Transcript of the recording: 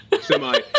semi